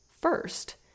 First